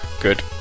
Good